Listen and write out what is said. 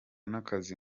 n’akazi